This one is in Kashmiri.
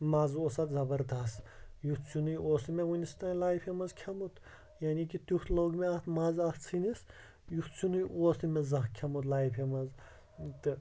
مَزٕ اوس اَتھ زَبَردَس یُتھ سِینُے اوس نہٕ مےٚ وٕنِس تام لایفہِ مَنٛز کھیٚومُت یعنے کہِ تِیُتھ لوٚگ مےٚ اَتھ مَزٕ اَتھ سِنِس یُتھ سینُے اوس نہٕ مےٚ زانہہ کھیٚومُت لایفہِ مَنز تہٕ